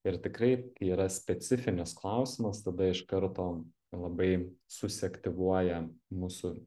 ir tikrai kai yra specifinis klausimas tada iš karto labai susiaktyvuoja mūsų